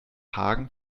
hagen